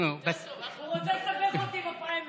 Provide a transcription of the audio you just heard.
הוא רוצה לסבך אותי בפריימריז.